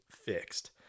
fixed